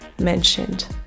mentioned